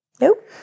Nope